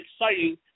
exciting